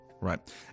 Right